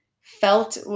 felt